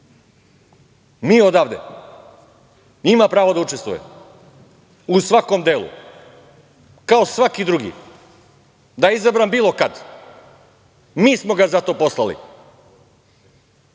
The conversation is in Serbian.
mi odavde. Ima pravo da učestvuje u svakom delu, kao svaki drugi, da je izabran bilo kad, mi smo ga za to poslali. Ko